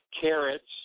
carrots